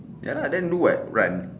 ya lah do what run